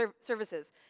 services